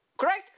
Correct